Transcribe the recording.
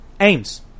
aims